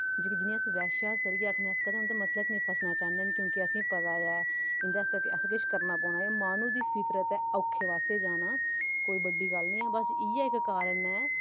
जेह्के जिनें अस बैश्या करियै बड़ा आक्खने अस कदैं उंदे मसलें च नेईं फसना चाह्ने क्योंकि असें पता ऐ इंदे आस्तै असें किश करना पौना ऐ एह् माहनू दी फितरत ऐ बड़ा ओक्खा पास्सै जाना कोई बद्दी गल्ल निं ऐ बस इ'यै इक कारण ऐ